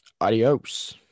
Adios